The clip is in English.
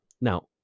now